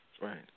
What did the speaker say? Right